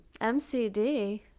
MCD